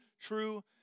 true